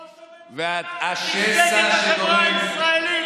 ראש הממשלה ריסק את החברה הישראלית.